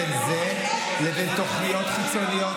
מה הקשר בין זה לבין תוכניות חיצוניות,